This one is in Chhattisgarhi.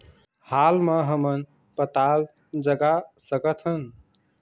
हाल मा हमन पताल जगा सकतहन?